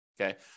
Okay